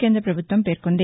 కేంద్రపభుత్వం పేర్కొంది